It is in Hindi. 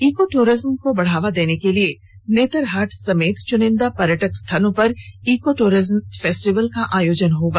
इको टूरिज्म को बढ़ावा देने के लिए नेतरहाट समेत चुनिंदा पर्यटक स्थलों पर इको टूरिज्म फेस्टिवल्स का आयोजन होगा